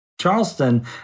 Charleston